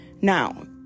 Now